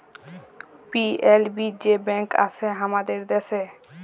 PLB যে bank আসে হামাদের দ্যাশে